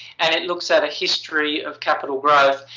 and it looks at a history of capital growth.